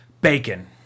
Bacon